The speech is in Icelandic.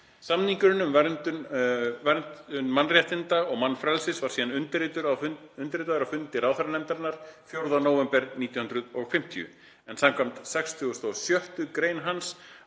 Samningurinn um verndun mannréttinda og mannfrelsis var síðan undirritaður á fundi ráðherranefndarinnar 4. nóvember 1950, en samkvæmt 66. gr. hans